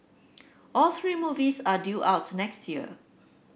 all three movies are due out next year